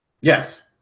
Yes